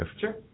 Sure